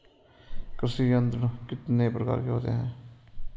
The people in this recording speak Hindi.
कृषि यंत्र कितने प्रकार के होते हैं?